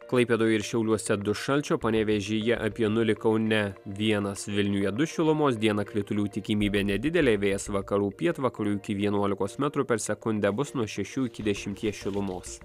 klaipėdoj ir šiauliuose du šalčio panevėžyje apie nulį kaune vienas vilniuje du šilumos dieną kritulių tikimybė nedidelė vėjas vakarų pietvakarių iki vienuolikos metrų per sekundę bus nuo šešių iki dešimties šilumos